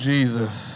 Jesus